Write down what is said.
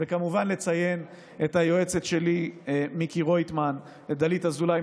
וכמובן לציין את היועצת שלי מיקי רויטמן ואת דלית אזולאי,